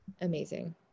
amazing